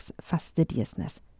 fastidiousness